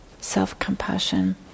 self-compassion